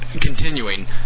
Continuing